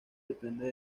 depende